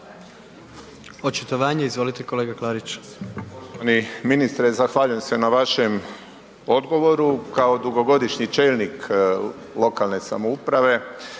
Očitovanje, izvolite kolega Klariću.